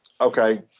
okay